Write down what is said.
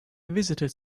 visited